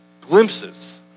Glimpses